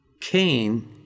Cain